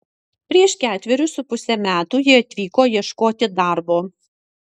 prieš ketverius su puse metų ji atvyko ieškoti darbo